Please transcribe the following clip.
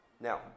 Now